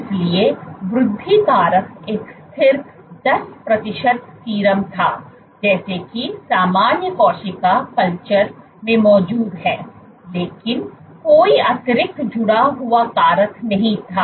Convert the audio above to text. इसलिए वृद्धि कारक एक स्थिर 10 प्रतिशत सीरम था जैसा कि सामान्य कोशिका कलचर में मौजूद है लेकिन कोई अतिरिक्त जुड़ा हुआ कारक नहीं था